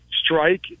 strike